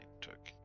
took